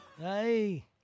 Hey